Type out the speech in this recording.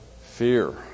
fear